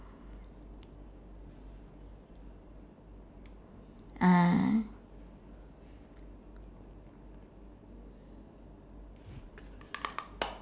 ah